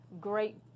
great